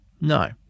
No